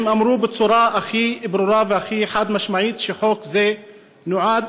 הם אמרו בצורה הכי ברורה והכי חד-משמעית שחוק זה נועד